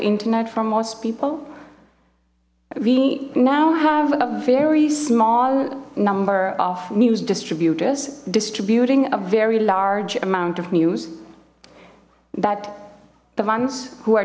internet for most people we now have a very small number of news distributors distributing a very large amount of news that the ones who are